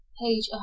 page